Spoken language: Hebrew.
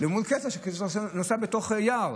מול קטע שאתה נוסע בתוך יער.